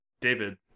David